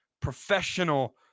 professional